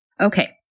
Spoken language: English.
Okay